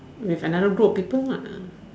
with another group of people lah